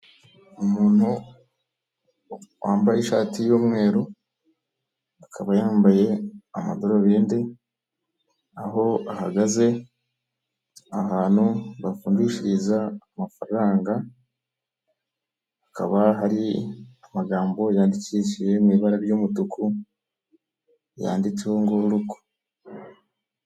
Umuntu wambaye ishati y'umweru, akaba yambaye amadarubindi, aho ahagaze ahantu bavungishiriza amafaranga, hakaba hari amagambo yandikishije m'ibara ry'umutuku yanditseho ruku.